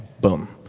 boom.